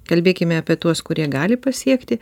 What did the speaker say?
kalbėkime apie tuos kurie gali pasiekti